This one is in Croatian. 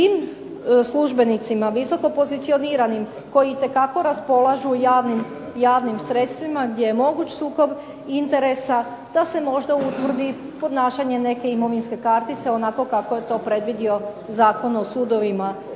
tim službenicima visokopozicioniranim koji itekako raspolažu javnim sredstvima gdje je moguć sukob interesa da se možda utvrdi podnašanje neke imovinske kartice onako kako je to predvidio Zakon o sudovima